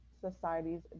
society's